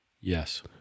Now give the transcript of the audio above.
Yes